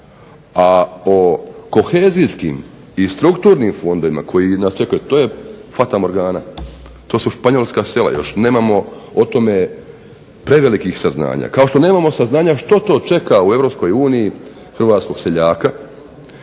a o kohezijskim i strukturnim fondovima koji nas čekaju, to je fatamorgana, to su španjolska sela još. Nemamo o tome prevelikih saznanja, kao što nemamo saznanja što to čeka u Europskoj uniji